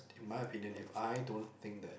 in my opinion if I don't think that